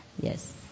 yes